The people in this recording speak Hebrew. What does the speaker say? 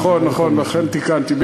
נכון, נכון, לכן תיקנתי.